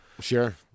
Sure